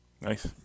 Nice